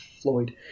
Floyd